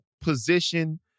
position